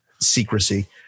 secrecy